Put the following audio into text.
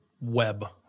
web